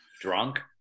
Drunk